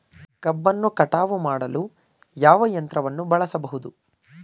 ಕಬ್ಬನ್ನು ಕಟಾವು ಮಾಡಲು ಯಾವ ಯಂತ್ರವನ್ನು ಬಳಸಬಹುದು?